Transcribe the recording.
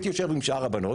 הייתי יושב עם שאר הבנות